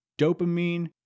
Dopamine